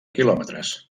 quilòmetres